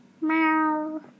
meow